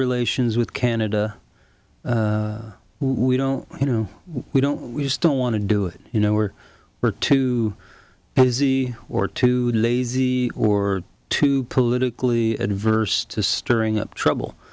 relations with canada we don't you know we don't we just don't want to do it you know or we're too busy or too lazy or too politically adverse to stirring up trouble